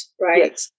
right